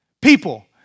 people